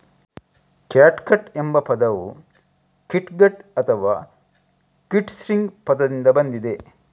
catgut ಎಂಬ ಪದವು kitgut ಅಥವಾ ಕಿಟ್ಸ್ಟ್ರಿಂಗ್ ಪದದಿಂದ ಬಂದಿದೆ